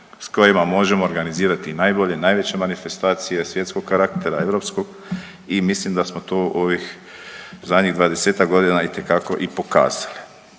s kojima možemo organizirati najbolje, najveće manifestacije svjetskog karaktera, europskog i mislim da smo to u ovih zadnjih 20-ak godina itekako i pokazali.